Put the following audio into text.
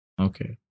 Okay